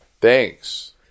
thanks